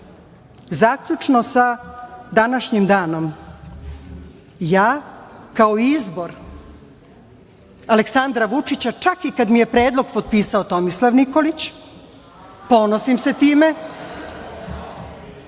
zaključno sa današnjim danom ja kao izbor Aleksandra Vučića, čak i kada mi je predlog potpisao Tomislav Nikolić, ponosim se time,